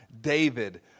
David